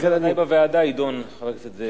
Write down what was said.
זה בוודאי יידון בוועדה, חבר הכנסת זאב.